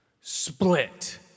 split